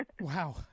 Wow